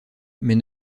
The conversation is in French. mais